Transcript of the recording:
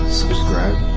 subscribe